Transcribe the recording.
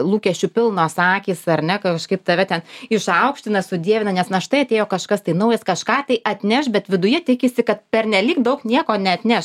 lūkesčių pilnos akys ar ne kažkaip tave ten išaukština sudievina nes na štai atėjo kažkas tai naujas kažką tai atneš bet viduje tikisi kad pernelyg daug nieko neatneš